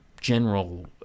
general